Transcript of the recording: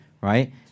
Right